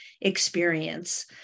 experience